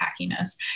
tackiness